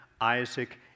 Isaac